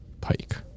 Pike